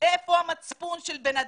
איפה המצפון של בן אדם?